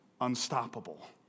unstoppable